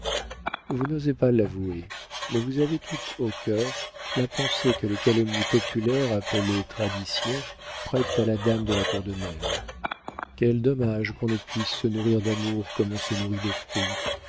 vous n'osez pas l'avouer mais vous avez toutes au cœur la pensée que les calomnies populaires appelées tradition prêtent à la dame de la tour de nesle quel dommage qu'on ne puisse se nourrir d'amour comme on se nourrit de fruits